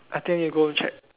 I think need to go home check